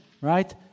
right